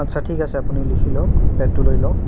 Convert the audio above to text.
আচ্ছা ঠিক আছে আপুনি লিখি লওঁক পেডটো লৈ লওঁক